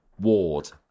Ward